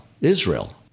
Israel